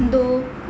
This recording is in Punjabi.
ਦੋ